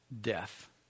death